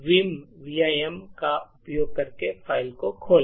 Vim का उपयोग करके फ़ाइल को खोले